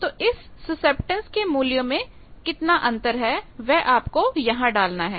तो इस सुसेप्टेंस के मूल्य में कितना अंतर है वह आपको यहां डालना है